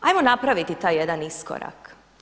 Hajmo napraviti taj jedan iskorak.